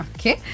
Okay